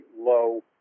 low